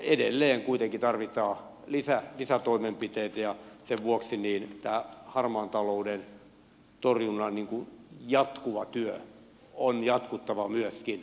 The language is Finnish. edelleen kuitenkin tarvitaan lisätoimenpiteitä ja sen vuoksi tämän harmaan talouden torjunnan jatkuvan työn on jatkuttava myöskin